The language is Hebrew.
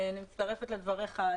אני מצטרפת לדבריך.